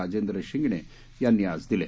राजेंद्र शिंगणे यांनी आज दिले